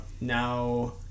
Now